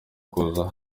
kuza